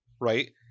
right